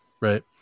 Right